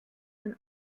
den